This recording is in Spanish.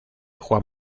juan